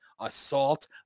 assault